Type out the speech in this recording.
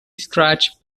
scratch